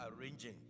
arranging